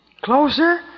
closer